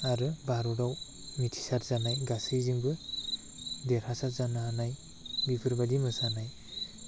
आरो भारतआव मिथिसार जानाय गासैजोंबो देरहासार जानो हानाय बेफोर बायदि मोसानाय